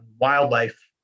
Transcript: wildlife